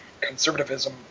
conservatism